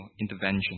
intervention